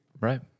Right